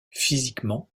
physiquement